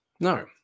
No